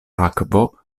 akvo